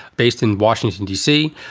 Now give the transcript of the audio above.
based in washington, d c.